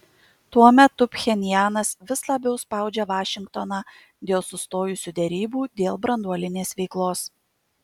tuo metu pchenjanas vis labiau spaudžia vašingtoną dėl sustojusių derybų dėl branduolinės veiklos